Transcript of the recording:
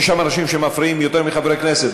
יש שם אנשים שמפריעים יותר מחברי כנסת.